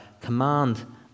command